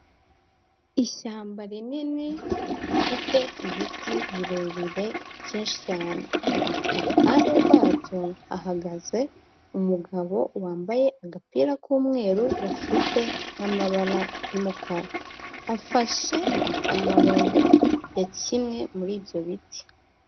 Ishyamba rinini, rifite ibiti birebire byinshi cyane. Iruhande rwabyo, hahagaze umugabo wambaye agapira k'umweru, gafite n'amabara y'umukara, afashe amababi ya kimwe muri ibyo biti.